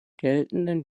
geltenden